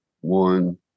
one